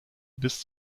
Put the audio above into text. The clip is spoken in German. bis